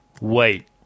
wait